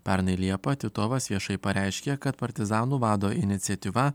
pernai liepą titovas viešai pareiškė kad partizanų vado iniciatyva